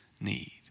need